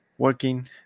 Working